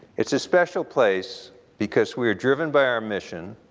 it's a special place because we are driven by our mission,